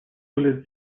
позволит